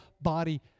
body